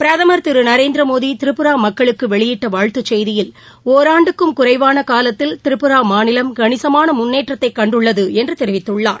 பிரதமர் திரு நரேந்திரமோடி திரிபுரா மக்களுக்கு வெளியிட்ட வாழ்த்துசெய்தியில் ஓராண்டுக்கும் குறைவான காலத்தில் திரிபுரா மாநிலம் கணிசமான முன்னேற்றத்தை கண்டுள்ளது என்று தெரிவித்துள்ளார்